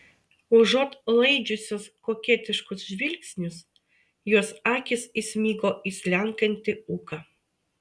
užuot laidžiusios koketiškus žvilgsnius jos akys įsmigo į slenkantį ūką